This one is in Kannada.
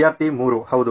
ವಿದ್ಯಾರ್ಥಿ 3 ಹೌದು